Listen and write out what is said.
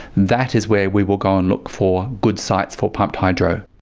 that is where we will go and look for good sites for pumped hydro.